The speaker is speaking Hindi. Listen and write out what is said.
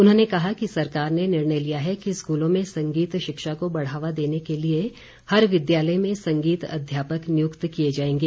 उन्होंने कहा कि सरकार ने निर्णय लिया है कि स्कूलों में संगीत शिक्षा को बढ़ावा देने के लिए हर विद्यालय में संगीत अध्यापक नियुक्त किए जाएंगे